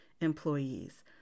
employees